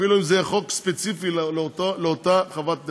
אפילו אם זה יהיה חוק ספציפי לאותה חברת כנסת.